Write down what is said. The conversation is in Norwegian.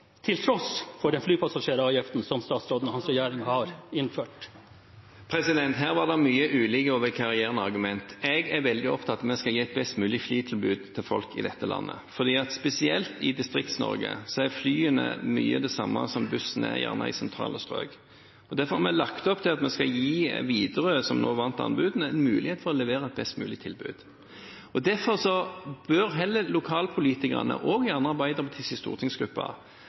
den flypassasjeravgiften som statsrådens regjering har innført. Her var det mange ulike og vikarierende argumenter. Jeg er veldig opptatt av at vi skal gi et best mulig flytilbud til folk i dette landet, for spesielt i Distrikts-Norge er flyene mye av det samme som bussen er i sentrale strøk. Derfor har vi lagt opp til at vi skal gi Widerøe, som nå vant anbudene, en mulighet til å levere et best mulig tilbud. Derfor bør heller lokalpolitikerne, og gjerne Arbeiderpartiets stortingsgruppe,